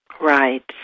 Right